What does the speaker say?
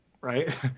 right